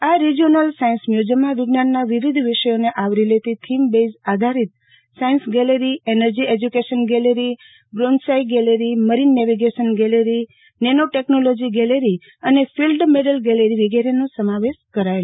આ regional science મ્યુઝિયમમાં વિજ્ઞાનના વિવિધ વિષયોને આવરી લેતી થીમ બેઈઝ આધારિત science gallery energy education gallery bonsai gallery marine navigation gallery nano technology gallery અને ફિલ્ડ મેડલ ગેલેરી વિગેરેનો સમાવેશ કરાચેલ છે